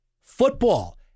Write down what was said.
Football